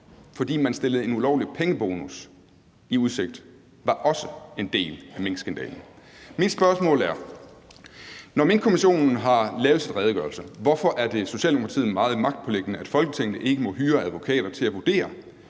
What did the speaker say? fordi man stillede en ulovlig pengebonus i udsigt, var også en del af minkskandalen. Mit spørgsmål er: Når Minkkommissionen har lavet sin redegørelse, hvorfor er det så Socialdemokratiet meget magtpåliggende, at Folketinget ikke må hyre advokater til at vurdere,